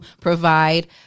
provide